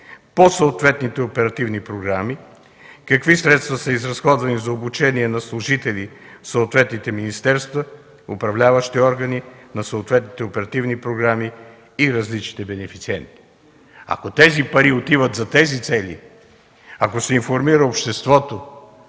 по съответните оперативни програми; какви средства са изразходвани за обучение на служители в съответните министерства, управляващи органи на съответните оперативни програми и различните бенефициенти? Ако парите отиват за тези цели, ако се информира обществото